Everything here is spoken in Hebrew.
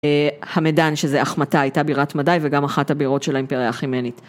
המדאן שזה אחמתא הייתה בירת מדי וגם אחת הבירות של האימפריה החימנית.